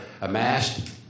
amassed